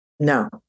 No